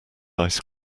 ice